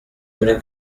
muri